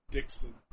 Dixon